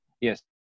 Yes